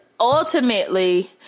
Ultimately